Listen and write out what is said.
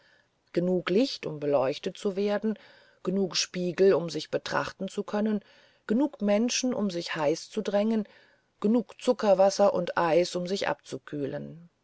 genug licht um beleuchtet zu werden genug spiegel um sich betrachten zu können genug menschen um sich heiß zu drängen genug zuckerwasser und eis um sich abzukühlen